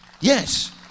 Yes